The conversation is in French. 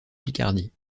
picardie